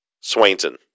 Swainson